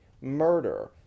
murder